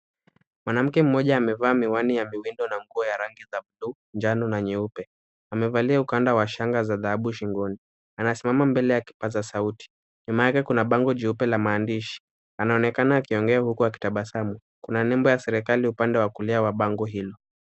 Mwanamke mmoja amevaa miwani ya miwindo na nguo ya rangi za blue ,njano na nyeupe. Amevalia ukanda wa shanga za dhahabu shingoni. Anasimama mbele ya kipazasauti. Nyuma yake kuna bango jeupe la maandishi. Anaonekana akiongea huku akitabasamu. Kuna nembo ya serikali upande wa kulia wa bango hilo.